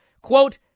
quote